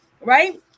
right